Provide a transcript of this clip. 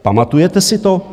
Pamatujete si to?